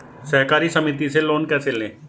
सहकारी समिति से लोन कैसे लें?